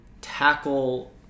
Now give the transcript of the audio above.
tackle